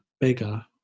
bigger